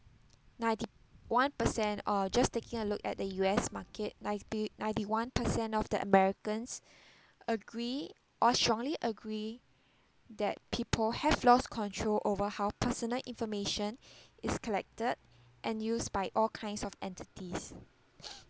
ninety one percent or just taking a look at the U_S market ninety ninety one percent of the americans agree or strongly agree that people have lost control over how personal information is collected and used by all kinds of entities